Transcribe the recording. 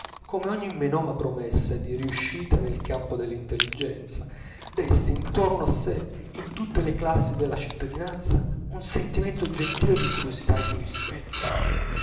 come ogni menoma promessa di riuscita nel campo dell'intelligenza desti intorno a sè in tutte le classi della cittadinanza un sentimento gentile di curiosità e di rispetto